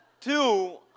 Two